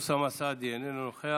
חבר הכנסת אוסאמה סעדי, איננו נוכח.